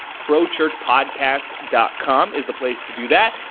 prochurchpodcast dot com is the place to do that.